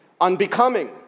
unbecoming